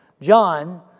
John